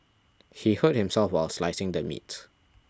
he hurt himself while slicing the meat